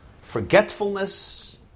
forgetfulness